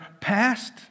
past